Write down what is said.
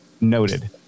Noted